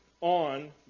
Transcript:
on